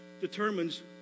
determines